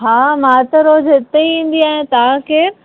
हा मां त रोज़ हिते ई ईंदी आहियां तव्हां केरु